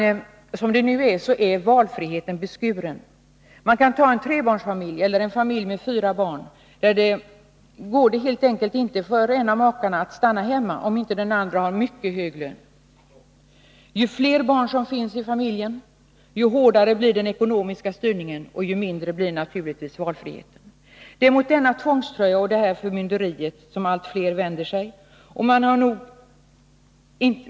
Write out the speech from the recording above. Valfriheten är beskuren. I en familj med tre eller fyra barn kan helt enkelt inte den ena maken stanna hemma om inte den andra har mycket hög lön. Ju fler barn som finns i familjen, desto hårdare blir den ekonomiska styrningen och desto mindre blir valfriheten. Det är mot denna känsla av att ha tvångströja och mot detta förmynderi som allt fler vänder sig.